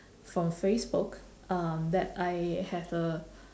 from facebook um that I have a